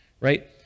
Right